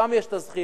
שם יש הזכייה.